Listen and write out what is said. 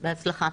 בהצלחה.